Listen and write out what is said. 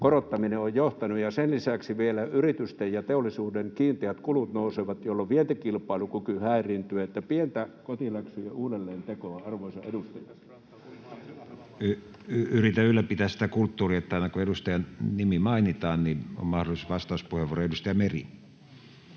korottaminen on johtanut. Ja sen lisäksi vielä yritysten ja teollisuuden kiinteät kulut nousevat, jolloin vientikilpailukyky häiriintyy. Että pientä kotiläksyjen uudelleen tekoa, arvoisa edustaja. Yritän ylläpitää sitä kulttuuria, että aina kun edustajan nimi mainitaan, on mahdollisuus vastauspuheenvuoroon. — Edustaja Meri.